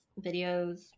videos